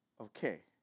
okay